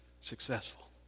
successful